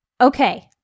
Okay